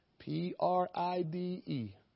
P-R-I-D-E